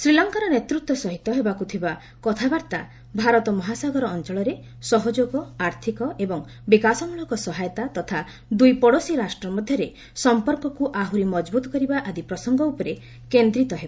ଶ୍ରୀଲଙ୍କାର ନେତୃତ୍ୱ ସହିତ ହେବାକୁ ଥିବା କଥାବାର୍ତ୍ତା ଭାରତ ମହାସାଗର ଅଞ୍ଚଳରେ ସହଯୋଗ ଆର୍ଥିକ ଏବଂ ବିକାଶମୂଳକ ସହାୟତା ତଥା ଦୁଇ ପଡ଼ୋଶୀ ରାଷ୍ଟ୍ର ମଧ୍ୟରେ ସମ୍ପର୍କକୃ ଆହରି ମଜବ୍ରତ କରିବା ଆଦି ପ୍ରସଙ୍ଗ ଉପରେ କେନ୍ଦ୍ରୀତ ହେବ